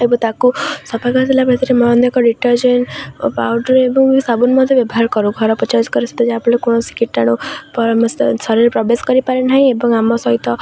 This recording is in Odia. ଏବଂ ତାକୁ ସଫା କରିସରିଲା ପରେ ସେଥିରେ ଅନେକ ଡିଟରଜେଣ୍ଟ ପାଉଡ଼ର୍ ଏବଂ ସାବୁନ ମଧ୍ୟ ବ୍ୟବହାର କରୁ ଘର କରି ଯାହାଫଳରେ କୌଣସି କୀଟଣୁ ଶରୀରରେ ପ୍ରବେଶ କରିପାରେ ନାହିଁ ଏବଂ ଆମ ସହିତ